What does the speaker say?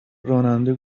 راننده